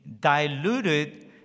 diluted